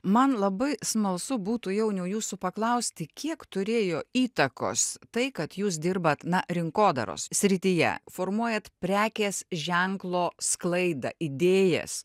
man labai smalsu būtų jauniau jūsų paklausti kiek turėjo įtakos tai kad jūs dirbat na rinkodaros srityje formuojat prekės ženklo sklaidą idėjas